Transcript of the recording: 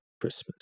Christmas